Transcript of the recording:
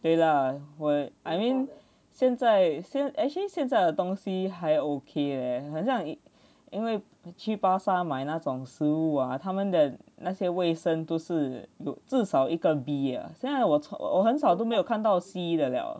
对 lah where I mean 现在现 actually 现在的东西还 ok leh 很像因为去巴刹买那种食物啊他们的那些卫生都是有至少一个 B ah 现在我很少都没有看到 C 的了